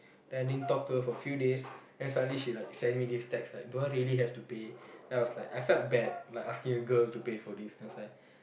then I didn't talk to her a few days then suddenly she like send me this text like do I really have to pay then I was like I felt bad like asking a girl to pay for this then i was like